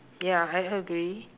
ya I agree